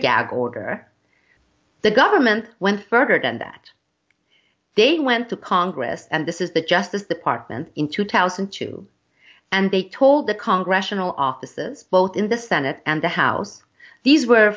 gag order the government went further than that they went to congress and this is the justice department in two thousand and two and they told the congregational offices both in the senate and the house these were